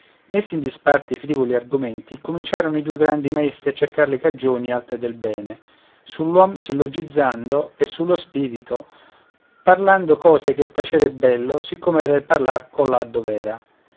messi in disparte i frivoli argomenti cominciaron i due grandi maestri a cercar le cagioni alte del bene sull'uom sillogizzando e sullo spirito parlando cose che il tacere è bello sì com'era il parlar colà dov'era